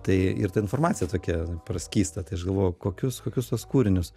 tai ir ta informacija tokia praskysta tai aš galvoju kokius kokius tuos kūrinius